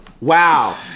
Wow